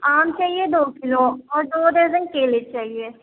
آم چاہیے دو کلو اور دو درجن کیلے چاہیے